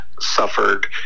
suffered